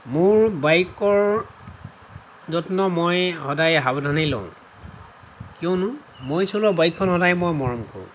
মোৰ বাইকৰ যত্ন মই সদায় সাৱধানেই লওঁ কিয়নো মই চলোৱা বাইকখন সদায় মই মৰম কৰোঁ